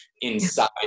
inside